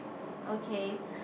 okay